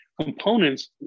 components